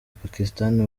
pakistan